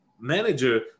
manager